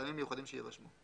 מטעמים מיוחדים שיירשמו.